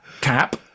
cap